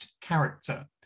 character